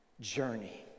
journey